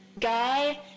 guy